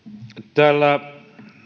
tällä